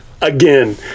again